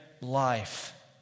life